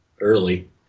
early